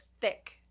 thick